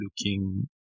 looking